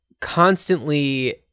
constantly